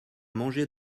manger